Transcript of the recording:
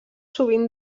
sovint